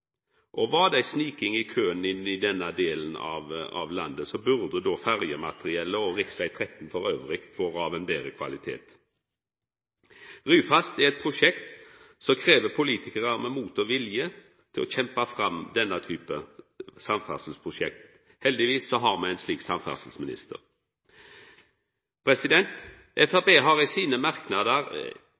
Og var det ei sniking i køen i denne delen av landet, burde ferjemateriellet og rv. 13 elles vore av ein betre kvalitet. Ryfast er eit prosjekt som krev politikarar med mot og vilje til å kjempa fram denne typen samferdselsprosjekt. Heldigvis har me ein slik samferdselsminister. Framstegspartiet har i sine merknader